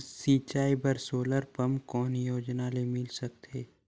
सिंचाई बर solar pump कौन योजना ले मिल सकथे?